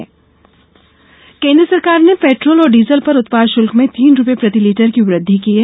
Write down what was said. उत्पाद शुल्क पेट्रोल केन्द्र सरकार ने पेट्रोल और डीजल पर उत्पाद शुल्क में तीन रुपये प्रति लीटर की वृद्धि की है